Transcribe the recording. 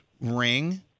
ring